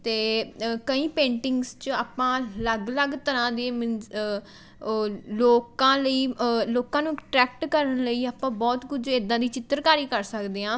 ਅਤੇ ਕਈ ਪੇਂਟਿੰਗਸ 'ਚ ਆਪਾਂ ਅਲੱਗ ਅਲੱਗ ਤਰ੍ਹਾਂ ਦੇ ਮੀਨਸ ਲੋਕਾਂ ਲਈ ਲੋਕਾਂ ਨੂੰ ਅਟਰੈਕਟ ਕਰਨ ਲਈ ਆਪਾਂ ਬਹੁਤ ਕੁਝ ਇੱਦਾਂ ਦੀ ਚਿੱਤਰਕਾਰੀ ਕਰ ਸਕਦੇ ਹਾਂ